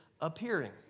appearing